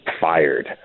fired